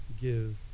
give